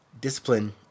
discipline